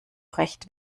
recht